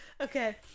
Okay